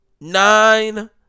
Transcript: Nine